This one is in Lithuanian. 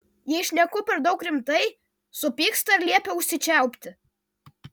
jei šneku per daug rimtai supyksta ir liepia užsičiaupti